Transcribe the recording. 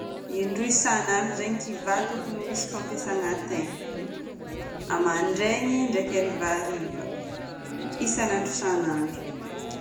Indroa isan'andro zegny kiva no tokony ho hisy fampiasagna tegna. Amandraigny, draiky harivariva. Isan'andro isan'andro.